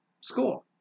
score